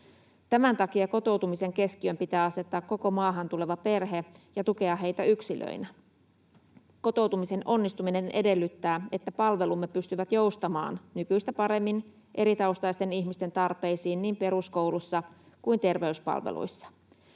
Tämän takia kotoutumisen keskiöön pitää asettaa koko maahan tuleva perhe ja tukea heitä yksilöinä. Kotoutumisen onnistuminen edellyttää, että palvelumme pystyvät joustamaan nykyistä paremmin eritaustaisten ihmisten tarpeisiin niin peruskoulussa kuin terveyspalveluissa.